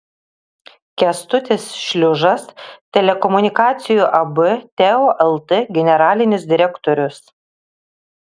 kęstutis šliužas telekomunikacijų ab teo lt generalinis direktorius